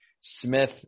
Smith